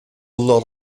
lot